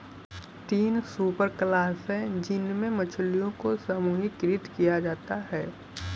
तीन सुपरक्लास है जिनमें मछलियों को समूहीकृत किया जाता है